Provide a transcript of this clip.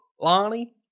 Lonnie